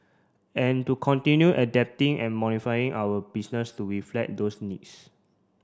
and to continue adapting and modifying our business to reflect those needs